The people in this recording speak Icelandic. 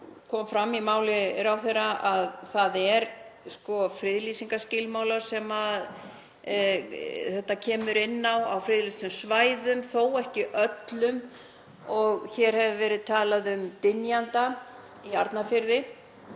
kom fram í máli ráðherra, friðlýsingarskilmálar sem þetta kemur inn á á friðlýstum svæðum, þó ekki öllum. Hér hefur verið talað um Dynjanda í Arnarfirði.